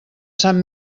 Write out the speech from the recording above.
sant